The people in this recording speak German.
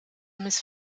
miss